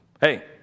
Hey